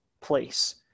place